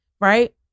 right